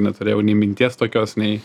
neturėjau nei minties tokios nei